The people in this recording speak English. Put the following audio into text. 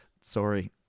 Sorry